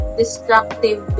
destructive